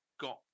got